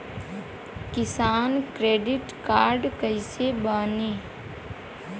किसान credit card कइसे बानी?